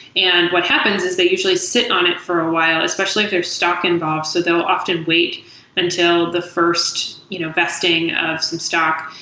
and what happens is they usually sit on it for a while, especially if they're stock involved. so they'll often wait until the first you know vesting of some stock,